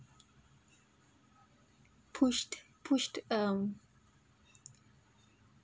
pushed pushed um